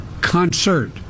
concert